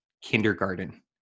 kindergarten